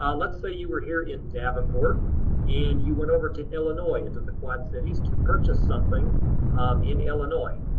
um let's say you were here in davenport and you went over to illinois into the quad cities to purchase something in illinois.